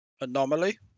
anomaly